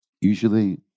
Usually